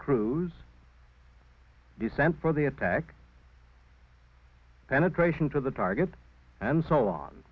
cruise descent for the attack penetration to the target and so on